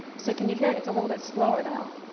so can you hear it? it's a little bit slower now.